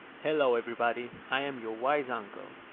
hello everybody. i am your wise uncle.